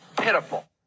Pitiful